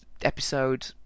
episode